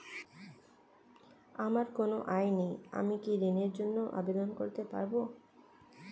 আমার কোনো আয় নেই আমি কি ঋণের জন্য আবেদন করতে পারব?